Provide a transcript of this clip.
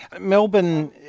Melbourne